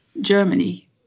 Germany